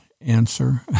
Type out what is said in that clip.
answer